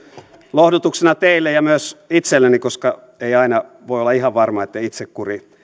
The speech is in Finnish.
lohdutuksena teille ja myös itselleni koska ei aina voi olla ihan varma että itsekuri